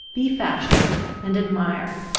be fashioned, and admire.